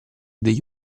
degli